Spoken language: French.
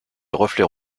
reflets